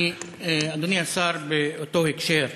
אדוני השר, באותו הקשר.